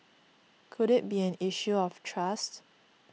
could it be an issue of trust